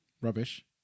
rubbish